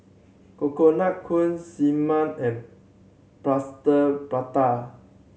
Coconut Kuih Siew Mai and Plaster Prata